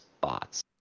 bots